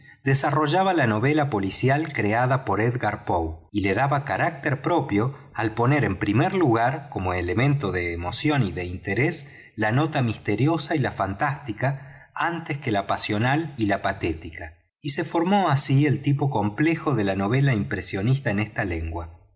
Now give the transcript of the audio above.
desarrollaba la novela policial oreada por edgar poe y le daba carácter propio al poner en primer lugar como elemento de emoción y de interés la nota misteriosa y la fantástica antes que la pasional y la patética y se formó asi el tipo complejo de la novela impresionista en esta lengua